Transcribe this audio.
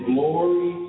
Glory